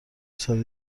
ساده